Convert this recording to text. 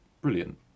brilliant